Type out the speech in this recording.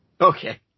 Okay